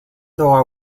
though